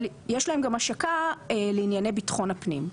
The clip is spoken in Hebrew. אבל יש להם גם השקה לענייני ביטחון הפנים.